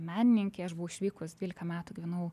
menininkei aš buvau išvykus dvylika metų gyvenau